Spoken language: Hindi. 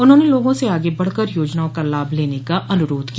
उन्होंने लोगों से आगे बढ़कर योजनाओं का लाभ लेने का अनुरोध किया